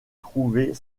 trouver